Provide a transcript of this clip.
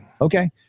Okay